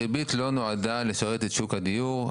הריבית לא נועדה לשרת את שוק הדיור,